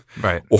Right